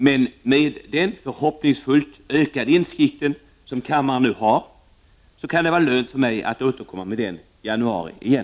Men med den förhoppningsfullt ökade insikt som kammaren nu besitter, kan det var lönt för mig att återkomma med den i januari igen.